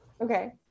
okay